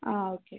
ആ ഓക്കെ